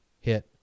hit